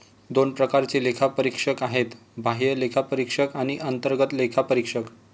दोन प्रकारचे लेखापरीक्षक आहेत, बाह्य लेखापरीक्षक आणि अंतर्गत लेखापरीक्षक